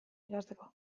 ikasteko